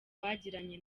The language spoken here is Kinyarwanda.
bagiranye